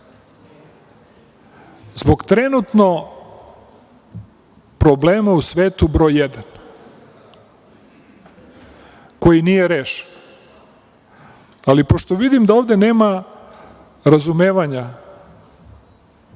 zbog trenutno problema u svetu broj jedan koji nije rešen. Ali, pošto vidim da ovde nema razumevanja